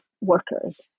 workers